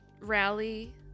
rally